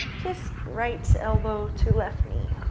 kiss right elbow to left knee.